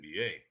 NBA